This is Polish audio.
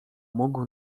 mógł